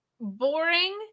boring